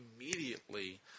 immediately